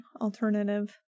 alternative